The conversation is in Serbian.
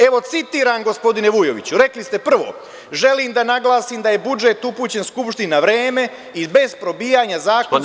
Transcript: Evo, citiram, gospodine Vujoviću, rekli ste prvo – želim da naglasim da je budžet upućen Skupštini na vreme i bez probijanja zakonskih rokova…